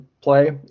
play